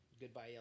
Goodbye